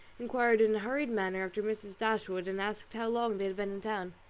inquired in a hurried manner after mrs. dashwood, and asked how long they had been in town.